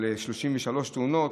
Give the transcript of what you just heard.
על 33 תאונות,